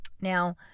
Now